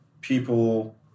people